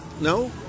No